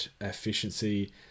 efficiency